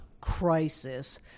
crisis